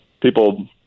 people –